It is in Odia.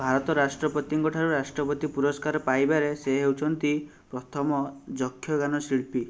ଭାରତର ରାଷ୍ଟ୍ରପତିଙ୍କ ଠାରୁ ରାଷ୍ଟ୍ରପତି ପୁରସ୍କାର ପାଇବାରେ ସେ ହେଉଛନ୍ତି ପ୍ରଥମ ଯକ୍ଷଗାନ ଶିଳ୍ପୀ